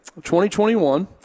2021